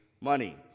money